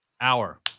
hour